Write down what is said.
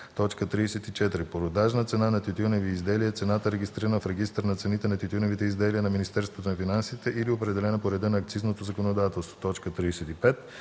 34. „Продажна цена на тютюневи изделия” е цената, регистрирана в Регистър на цените на тютюневите изделия на Министерството на финансите или определена по реда на акцизното законодателство. 35.